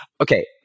Okay